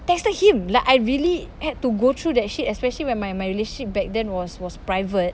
texted him like I really had to go through that shit especially when my my relationship back then was was private